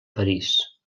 parís